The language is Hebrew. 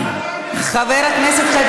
עשו לך, תגיד להם